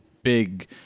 big